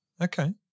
Okay